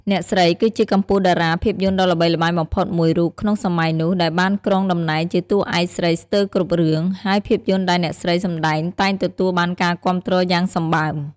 អ្នកស្រី គឺជាកំពូលតារាភាពយន្តដ៏ល្បីល្បាញបំផុតមួយរូបក្នុងសម័យនោះ ដែលបានគ្រងតំណែងជាតួឯកស្រីស្ទើរគ្រប់រឿង ហើយភាពយន្តដែលអ្នកស្រីសម្តែងតែងទទួលបានការគាំទ្រយ៉ាងសម្បើម។